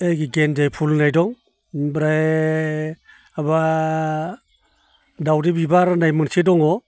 ओइ गेन्दि फुल होननाय दं बिनिफ्राय माबा दाउदै बिबार होननाय मोनसे दङ